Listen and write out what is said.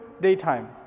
daytime